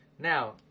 Now